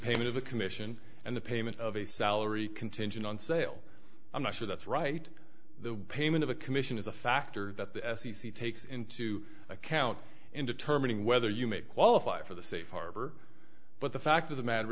payment of a commission and the payment of a salary contingent on sale i'm not sure that's right the payment of a commission is a factor that the f c c takes into account in determining whether you may qualify for the safe harbor but the fact of the matter